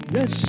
Yes